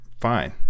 fine